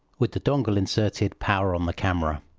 with the dongle inserted power on the camera.